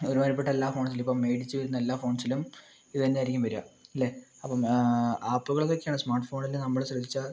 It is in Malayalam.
ഒരുമാതിരിപ്പെട്ട എല്ലാ ഫോൺസിലും ഇപ്പം മേടിച്ചു വരുന്ന എല്ലാ ഫോൺസിലും ഇതുതന്നെ ആയിരിക്കും വരിക അല്ലേ അപ്പം ആപ്പുകൾ ഏതൊക്കെയാണ് സ്മാർട്ട് ഫോണിൽ നമ്മൾ ശ്രദ്ധിച്ചാൽ